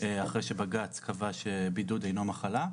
אחרי שבג"צ קבע שבידוד אינו מחלה,